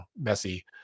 messy